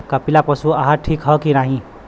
कपिला पशु आहार ठीक ह कि नाही?